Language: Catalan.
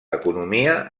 economia